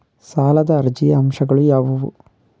ಸಾಲದ ಅರ್ಜಿಯ ಅಂಶಗಳು ಯಾವುವು?